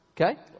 Okay